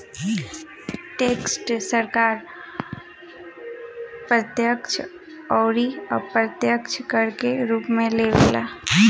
tax सरकार प्रत्यक्ष अउर अप्रत्यक्ष कर के रूप में लेवे ला